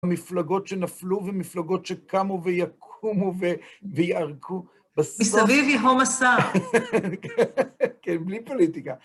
מפלגות שנפלו, ומפלגות שקמו, ויקומו, ויערקו, בסוף -מסביב יהום הסער. -כן, בלי פוליטיקה.